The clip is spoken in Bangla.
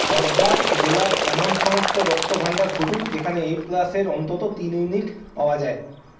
হরদ্বার জেলার এমন সমস্ত রক্তভাণ্ডার খুঁজুন যেখানে এ প্লাসের অন্তত তিন ইউনিট পাওয়া যায়